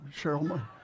cheryl